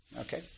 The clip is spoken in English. Okay